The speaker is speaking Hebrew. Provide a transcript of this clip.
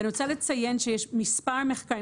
מוצג מחקר אחד ואני רוצה לציין שיש מספר מחקרים